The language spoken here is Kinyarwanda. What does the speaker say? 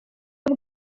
iyo